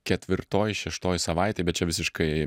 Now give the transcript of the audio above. ketvirtoj šeštoj savaitėj bet čia visiškai